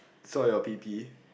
so your P_P